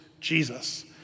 Jesus